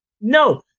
No